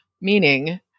meaning